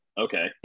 okay